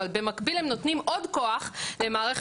אבל במקביל הם נותנים עוד כוח למערכת